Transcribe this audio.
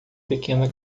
pequena